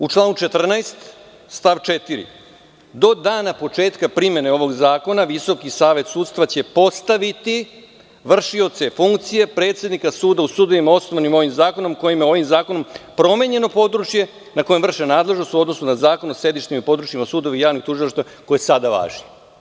U članu 14. stav 4. – do dana početka primene ovog zakona visoki savet sudstva će postaviti vršioce funkcije predsednika suda u sudovima osnovanim ovim zakonom kojima je ovim zakonom promenjeno područje na kojem vrše nadležnost u odnosu na Zakon o sedištu i u područjima sudova i javnih tužilaštva koje sada važi.